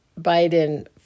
biden